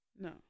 no